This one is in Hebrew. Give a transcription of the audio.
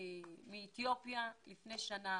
מאתיופיה לפני כשנה.